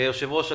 יושב-ראש הכנסת,